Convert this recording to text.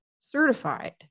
certified